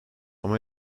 ama